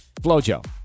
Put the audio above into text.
Flojo